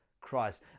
Christ